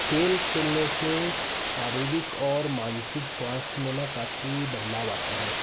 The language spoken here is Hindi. खेल खेलने से शारीरिक और मानसिक स्वास्थ्य में न काफी बदलाव आता है